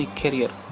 career